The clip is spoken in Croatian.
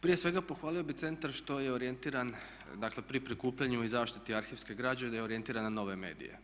Prije svega pohvalio bih centar što je orijentiran dakle pri prikupljanju i zaštiti arhivske građe, da je orijentiran na nove medije.